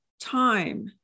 time